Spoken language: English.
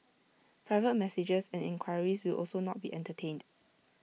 private messages and enquiries will also not be entertained